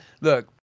Look